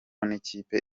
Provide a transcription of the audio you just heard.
n’ikipe